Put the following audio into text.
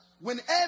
whenever